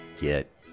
get